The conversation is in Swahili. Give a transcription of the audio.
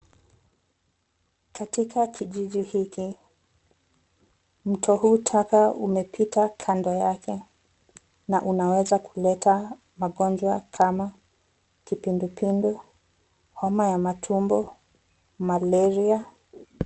Katika kijiji hiki, mto huu taka umepita kando yake na unaweza kuleta magonjwa kama kipindupindu, homa ya matumbo, malaria.